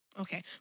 Okay